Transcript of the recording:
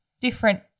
different